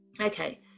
Okay